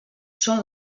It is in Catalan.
són